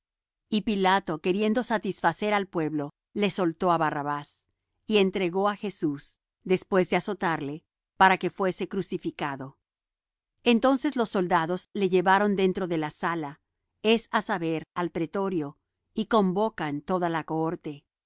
y pilato queriendo satisfacer al pueblo les soltó á barrabás y entregó á jesús después de azotarle para que fuese crucificado entonces los soldados le llevaron dentro de la sala es á saber al pretorio y convocan toda la cohorte